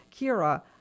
Kira